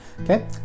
okay